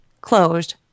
closed